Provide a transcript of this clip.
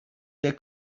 der